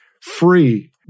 free